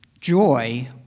joy